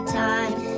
time